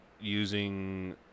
using